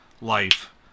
life